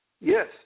yes